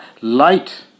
light